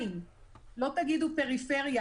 לא תגידו פריפריה,